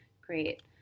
Great